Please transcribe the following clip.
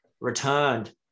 returned